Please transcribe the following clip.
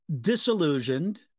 disillusioned